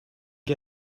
can